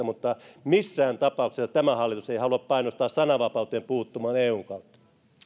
mutta missään tapauksessa tämä hallitus ei halua painostaa puuttumaan sananvapauteen eun kautta